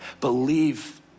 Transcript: believe